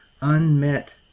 unmet